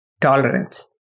tolerance